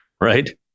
Right